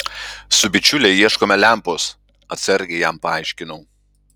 su bičiule ieškome lempos atsargiai jam paaiškinau